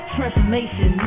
Transformation